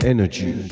Energy